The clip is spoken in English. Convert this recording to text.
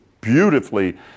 beautifully